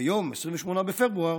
ביום 28 בפברואר,